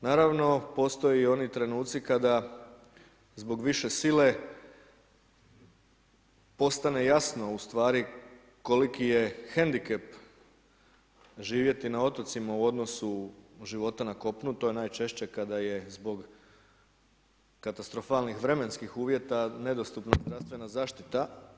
Naravno postoje i oni trenuci, koji zbog više sile, postane jasno, ustvari koliki je hendikep živjeti na otocima u odnosu život na kopnu, to je najčešće, kada je zbog, katastrofalnih vremenskih uvijeta nedostupna zdravstvena zaštita.